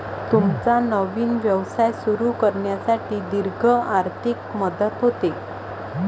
तुमचा नवीन व्यवसाय सुरू करण्यासाठी दीर्घ आर्थिक मदत होते